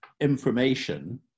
information